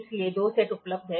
इसलिए 2 सेट उपलब्ध हैं